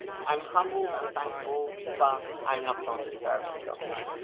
i'm humbled and thankful, but i'm not going to serve it, okay?